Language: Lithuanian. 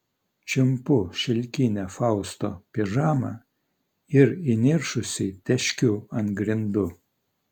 čiumpu šilkinę fausto pižamą ir įniršusi teškiu ant grindų